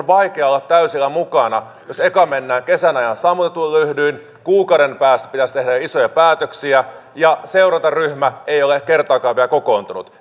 vaikea olla täysillä mukana jos eka mennään kesän ajan sammutetuin lyhdyin kuukauden päästä pitäisi tehdä isoja päätöksiä ja seurantaryhmä ei ole kertaakaan vielä kokoontunut